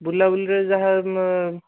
ବୁଲାବୁଲିରେ ଯାହା